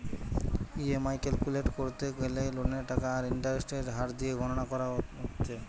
EMI calculate কোরতে গ্যালে লোনের টাকা আর ইন্টারেস্টের হার দিয়ে গণনা কোরতে হচ্ছে